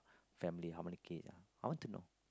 family how many kids ah I want to know